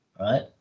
right